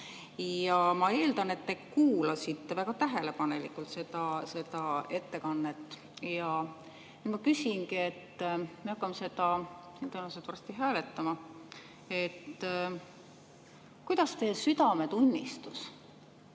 Ma eeldan, et te kuulasite väga tähelepanelikult seda ettekannet. Ma küsingi, kuna me hakkame seda tõenäoliselt varsti hääletama. Kuidas teie südametunnistus